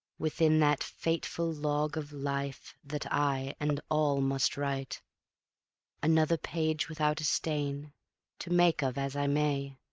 within that fateful log of life that i and all must write another page without a stain to make of as i may,